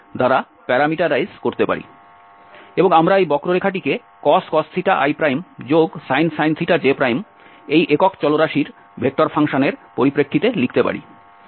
এবং আমরা এই বক্ররেখাটিকে cos isin j এই একক চলরাশির ভেক্টর ফাংশনের পরিপ্রেক্ষিতে লিখতে পারি